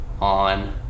on